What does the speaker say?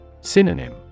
Synonym